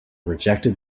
rejected